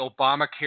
Obamacare